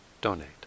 donate